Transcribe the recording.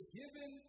given